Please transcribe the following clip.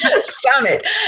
summit